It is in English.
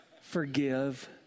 forgive